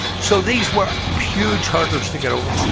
so these were huge hurdles to get over,